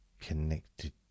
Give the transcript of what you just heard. connected